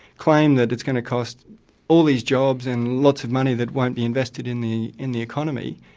claim that it's going to cost all these jobs and lots of money that won't be invested in the in the economy,